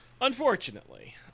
unfortunately